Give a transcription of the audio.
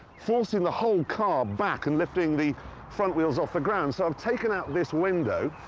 forcing the whole car back and lifting the front wheels off the ground. so, i've taken out this window.